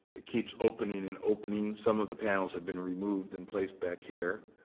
it keeps opening and opening. some of the panels have been removed and placed back here.